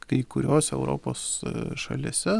kai kuriose europos šalyse